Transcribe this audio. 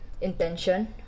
intention